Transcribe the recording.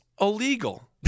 illegal